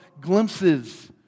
Glimpses